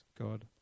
God